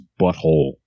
butthole